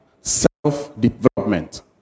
self-development